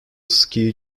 ski